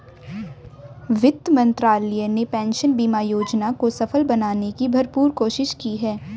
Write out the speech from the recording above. वित्त मंत्रालय ने पेंशन बीमा योजना को सफल बनाने की भरपूर कोशिश की है